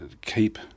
keep